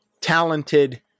talented